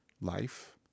life